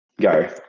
Go